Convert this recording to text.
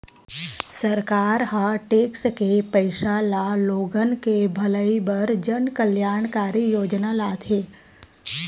सरकार ह टेक्स के पइसा ल लोगन के भलई बर जनकल्यानकारी योजना लाथे